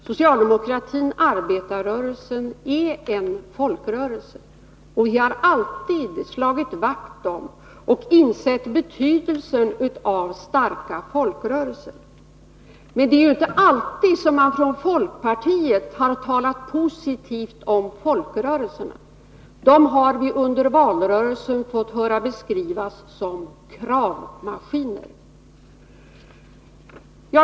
Socialdemokratinarbetarrörelsen är en folkrörelse, och vi har alltid slagit vakt om och insett betydelsen av starka folkrörelser. Men det är ju inte alltid som man från folkpartiet har talat positivt om folkrörelserna. Dessa har vi under valrörelsen fått höra beskrivas som kravmaskiner.